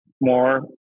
more